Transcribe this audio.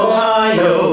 Ohio